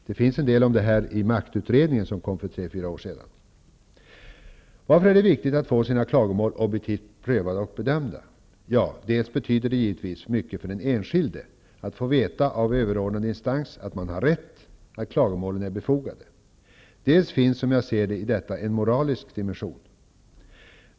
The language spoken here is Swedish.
Det står en del om detta i maktutredningen som kom för tre fyra år sedan. Varför är det viktigt att man får sina klagomål objektivt prövade och bedömda? Dels betyder det givetvis mycket för den enskilde att från överordnad instans få veta att man har rätt och att klagomålen är befogade, dels finns enligt min mening en moralisk dimension i detta.